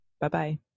Bye-bye